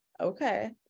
Okay